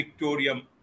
Victorium